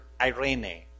irene